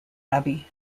abbey